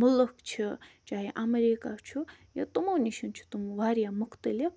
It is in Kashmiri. مُلک چھِ چاہے اَمریٖکہ چھُ یا تِمو نِش چھِ تٕم واریاہ مُختلِف